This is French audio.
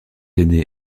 aîné